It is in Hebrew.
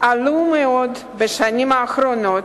עלו מאוד בשנים האחרונות,